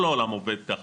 כל העולם עובד ככה,